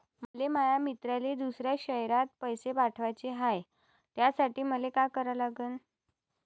मले माया मित्राले दुसऱ्या शयरात पैसे पाठवाचे हाय, त्यासाठी मले का करा लागन?